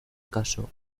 caso